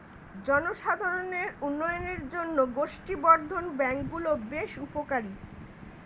জনসাধারণের উন্নয়নের জন্য গোষ্ঠী বর্ধন ব্যাঙ্ক গুলো বেশ উপকারী